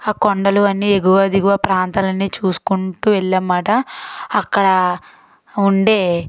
ఆ కొండలు అన్ని ఎగువ దిగువ ప్రాంతాలన్నీ చూసుకుంటూ వెళ్ళాం మాట అక్కడా ఉండే